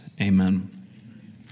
Amen